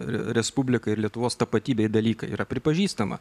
respublikai ir lietuvos tapatybei dalykai yra pripažįstama